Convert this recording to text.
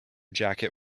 jacket